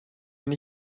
wenn